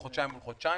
וחודשיים מול חודשיים.